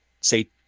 say